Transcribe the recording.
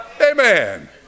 Amen